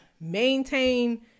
maintain